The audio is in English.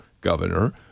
governor